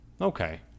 Okay